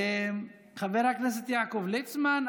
חבר הכנסת יעקב ליצמן,